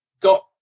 got